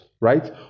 right